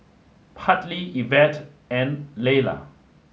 Hartley Evette and Layla